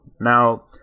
Now